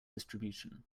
distribution